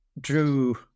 drew